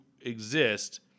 exist